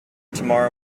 tomorrow